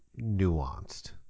nuanced